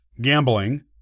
gambling